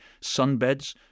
sunbeds